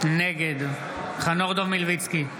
נגד חנוך דב מלביצקי,